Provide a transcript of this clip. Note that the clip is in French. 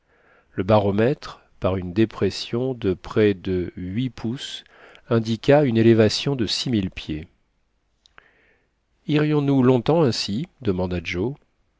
le baromètre par une dépression de près de huit pouces indiqua une élévation de six mille pieds irions nous longtemps ainsi demanda joe